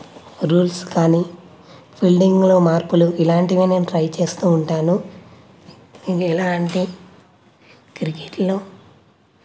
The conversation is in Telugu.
రూల్స్ కానీ బిల్డింగ్లో మార్పులు ఇలాంటివి నేను ట్రై చేస్తూ ఉంటాను ఇది ఎలా అంటే క్రికెట్లో